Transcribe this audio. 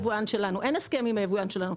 אין הסכם עם היבואן שלנו.